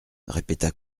répéta